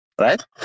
Right